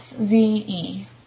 S-Z-E